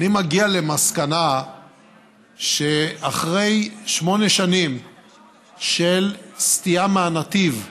אני מגיע למסקנה שאחרי שמונה שנים של סטייה מהנתיב,